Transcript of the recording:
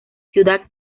ciudad